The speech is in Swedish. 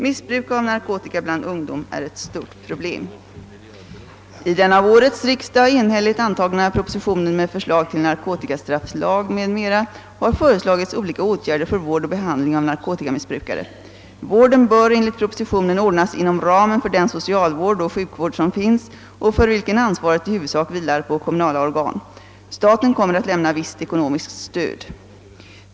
Missbruk av narkotika bland ungdom är ett stort problem. I den av årets riksdag enhälligt antagna propositionen med förslag till narkotikastrafflag m.m. har föreslagits olika åtgärder för vård och behandling av narkotikamissbrukare. Vården bör enligt propositionen ordnas inom ramen för den socialvård och sjukvård som finns och för vilken ansvaret i huvudsak vilar på kommunala organ. Staten kommer att lämna visst ekonomiskt stöd.